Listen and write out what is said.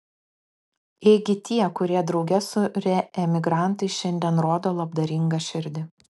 ėgi tie kurie drauge su reemigrantais šiandien rodo labdaringą širdį